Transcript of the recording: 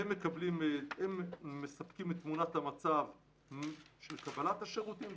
הם מספקים את תמונת המצב של קבלת השירותים,